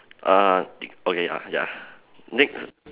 err tick okay ah ya next